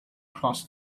cross